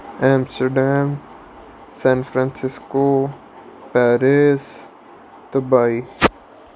Amsterdam San Francisco Paris Dubai